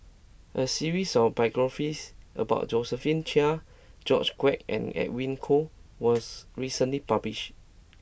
a series of biographies about Josephine Chia George Quek and Edwin Koek was recently published